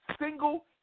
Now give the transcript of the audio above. single